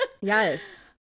Yes